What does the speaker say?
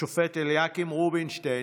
השופט אליקים רובינשטיין,